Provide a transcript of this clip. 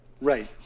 Right